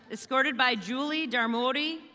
escorted by julie darmody,